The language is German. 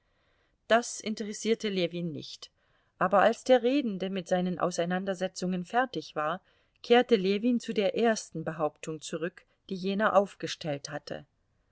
das interessierte ljewin nicht aber als der redende mit seinen auseinandersetzungen fertig war kehrte ljewin zu der ersten behauptung zurück die jener aufgestellt hatte